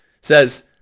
says